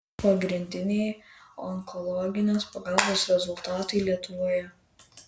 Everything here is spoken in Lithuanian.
pagrindiniai onkologinės pagalbos rezultatai lietuvoje